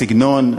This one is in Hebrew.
הסגנון,